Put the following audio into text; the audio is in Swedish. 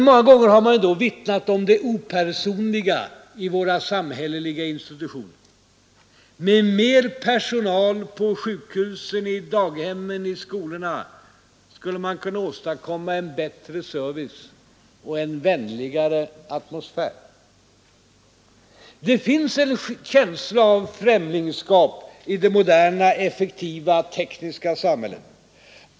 Många gånger har man vittnat om det opersonliga i våra samhälleliga institutioner. Med mer personal på sjukhusen, i daghemmen, i skolorna skulle man kunna åstadkomma en bättre service och en vänligare atmosfär. Det finns en känsla av främlingskap i det moderna, effektiva, tekniska samhället.